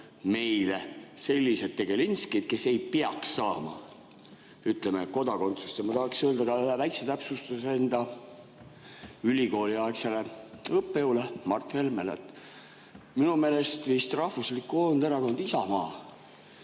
meile sellised tegelinskid, kes ei peaks saama, ütleme, kodakondsust. Ja ma tahaksin öelda ka ühe väikese täpsustuse enda ülikooliaegsele õppejõule Mart Helmele: minu meelest vist Rahvuslik Koonderakond Isamaa,